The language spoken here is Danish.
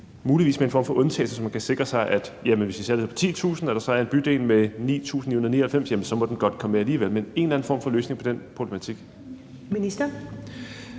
muligvis med en form for undtagelse, så man kan sikre sig, at hvis vi sætter den ved 10.000 og der så er en bydel med 9.999 indbyggere, så må den godt komme med alligevel? Men kan man finde en eller anden løsning på den problematik?